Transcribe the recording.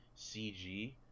CG